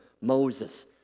Moses